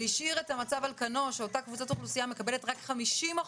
והשאיר את המצב על כנו שאותה קבוצת אוכלוסייה מקבלת רק 50%,